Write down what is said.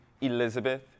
Elizabeth